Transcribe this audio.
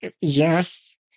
Yes